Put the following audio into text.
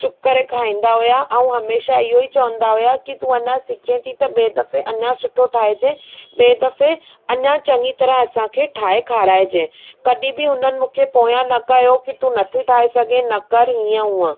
चुप करे खाईंदा हुआ ऐं हमेशह इहो ई चवंदा हुआ कि तूं अञा सिखें थी त ॿिए दफ़े अञा सुठो ठाइजं ॿिएं दफ़े अञा चंङी तरह असांखे ठाहे खाराइजं कॾहिं बि हुननि मूंखे पोयां न कयो कि तूं नथी ठाहे सघीं न कर हीअं हूअं